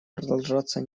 продолжаться